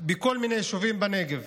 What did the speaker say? בכל מיני יישובים בנגב.